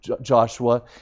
Joshua